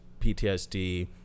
PTSD